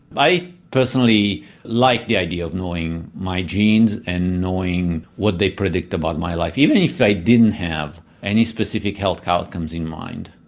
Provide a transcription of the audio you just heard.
i personally like the idea of knowing my genes and knowing what they predict about my life, even if i didn't have any specific health outcomes in mind.